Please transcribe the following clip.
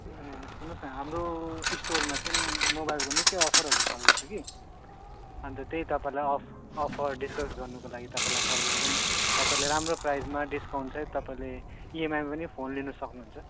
ए सुन्नुहोस् न हाम्रो स्टोरमा चाहिँ मोबाइलको निकै अफरहरू चल्दैछ कि अन्त त्यही तपाईँलाई अफ अफर डिसकस गर्नुको लागि तपाईँलाई कल गरेको नि तपाईँलाई राम्रो प्राइसमा डिस्कउन्टसहित तपाईँले इएमआईमा पनि फोन लिनु सक्नुहुन्छ